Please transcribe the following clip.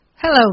Hello